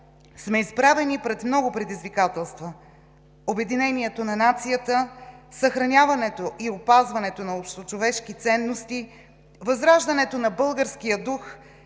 сме изправени пред много предизвикателства. Обединението на нацията, съхраняването и опазването на общочовешки ценности, възраждането на българския дух